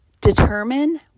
determine